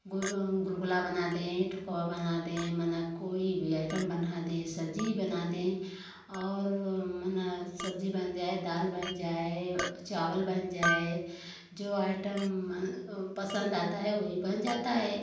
गोल गुलगुला बनाते हैं ठुकवा बनाते हैं माने कोई भी आइटम बना दें सब्ज़ी भी बना दें और माने सब्ज़ी बन जाए दाल बन जाए और चावल बन जाए जो आइटम में पसंद आता है वही बन जाता है